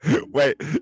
wait